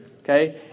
okay